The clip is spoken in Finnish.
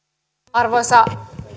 arvoisa